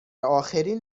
آخرین